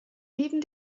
neben